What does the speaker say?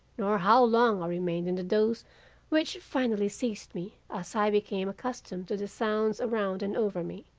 nor how long i remained in the doze which finally seized me as i became accustomed to the sounds around and over me.